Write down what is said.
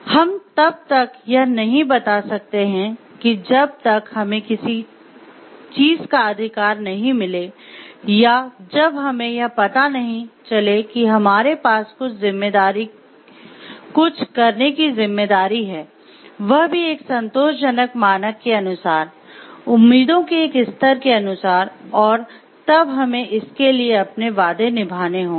हम तब तक यह नहीं बता सकते हैं कि जब तक हमें किसी चीज का अधिकार नहीं मिले या जब तक हमें यह पता नहीं चले कि हमारे पास कुछ करने की जिम्मेदारी है वह भी एक संतोषजनक मानक के अनुसार उम्मीदों के एक स्तर के अनुसार और तब हमें इसके लिए अपने वादे निभाने होंगे